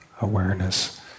awareness